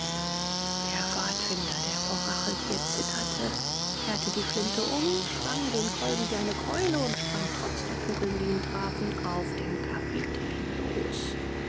der pfadfinder der vor rachgier zitterte kehrte die flinte um schwang den kolben wie eine keule und sprang trotz der kugeln die ihn trafen auf den kapitän los